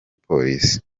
polisi